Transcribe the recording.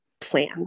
plan